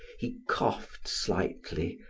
he coughed slightly,